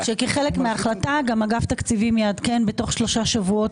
גם אגף התקציבים יעדכן בתוך שלושה שבועות